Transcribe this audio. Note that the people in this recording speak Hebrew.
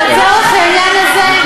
אבל לצורך העניין הזה,